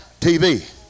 TV